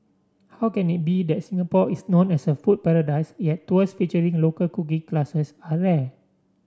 how can it be that Singapore is known as a food paradise yet tours featuring local cooking classes are rare